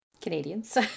Canadians